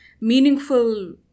meaningful